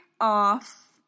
off